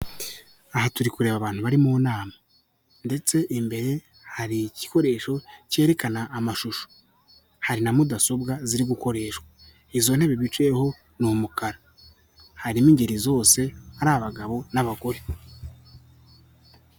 Aha turi kureba abantu bari mu nama ndetse imbere hari igikoresho cyerekana amashusho, hari na mudasobwa ziri gukoreshwa. Izo ntebe bicayeho ni umukara. Harimo ingeri zose, hari abagabo n'abagore.